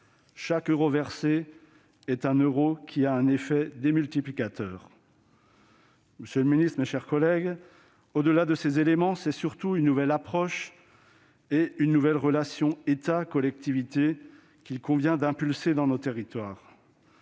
Chaque euro versé a un effet multiplicateur. Monsieur le ministre, mes chers collègues, au-delà de ces éléments, c'est surtout une nouvelle approche et une nouvelle relation entre État et collectivités qu'il convient d'impulser dans nos territoires.